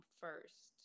first